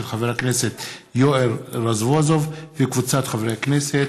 של חבר הכנסת יואל רזבוזוב וקבוצת חברי הכנסת.